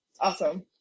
awesome